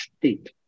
state